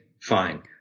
fine